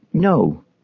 No